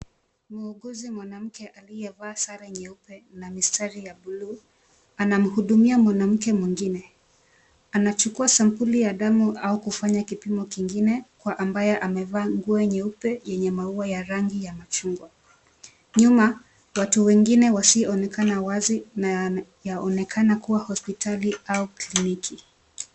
Muuguzi mwanamke aliyevaa sare nyeupe na mistari ya buluu, anamhudumia mwanamke mwingine. Anachukua sampuli ya damu au kufanya kipimo kingine kwa ambaye amevaa nguo nyeupe yenye maua ya rangi ya machungwa. Nyuma, watu wengine wasioonekana wazi na yana yanaonekana kuwa hospitali au kliniki.